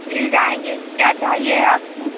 مل جائیں گے کیا چاہیے آپ کو